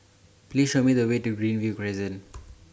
Please Show Me The Way to Greenview Crescent